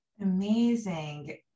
Amazing